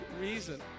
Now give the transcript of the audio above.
reason